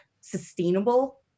sustainable